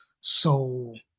soul